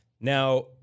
Now